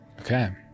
Okay